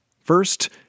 First